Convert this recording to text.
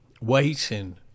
waiting